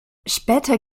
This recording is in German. später